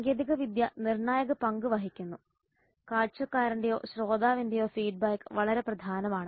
സാങ്കേതികവിദ്യ നിർണായക പങ്ക് വഹിക്കുന്നു കാഴ്ചക്കാരന്റെയോ ശ്രോതാവിന്റെയോ ഫീഡ്ബാക്ക് വളരെ പ്രധാനമാണ്